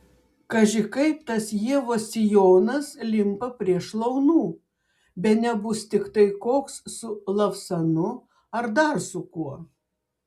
kaži kaip tas ievos sijonas limpa prie šlaunų bene bus tiktai koks su lavsanu ar dar su kuo